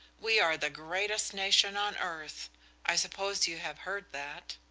we are the greatest nation on earth i suppose you have heard that?